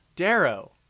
Darrow